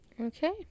Okay